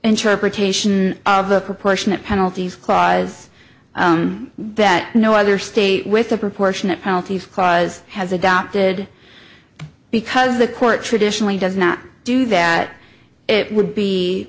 interpretation of the proportionate penalties crys that no other state with a proportionate penalties clause has adopted because the court traditionally does not do that it would be